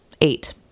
eight